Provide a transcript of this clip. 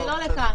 זה לא לכאן.